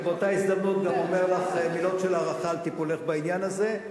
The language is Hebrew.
ובאותה הזדמנות גם אומר לך מילות הערכה על טיפולך בעניין הזה.